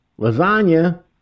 lasagna